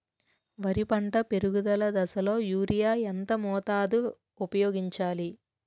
వరి పంట పెరుగుదల దశలో యూరియా ఎంత మోతాదు ఊపయోగించాలి?